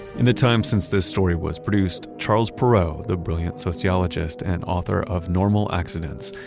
in the time since this story was produced, charles perrow, the brilliant sociologist and author of normal accidents,